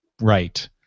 right